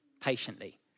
patiently